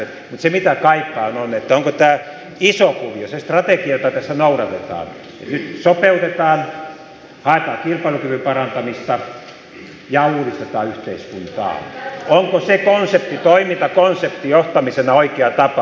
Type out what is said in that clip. mutta se mitä kaipaan on se onko tämä iso kuvio se strategia jota tässä noudatetaan sopeutetaan haetaan kilpailukyvyn parantamista ja uudistetaan yhteiskuntaa onko se toimintakonsepti johtamisen oikea tapa